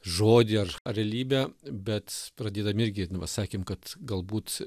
žodį ar realybę bet pradėdami irgi nu va sakėm kad galbūt